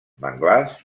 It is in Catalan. manglars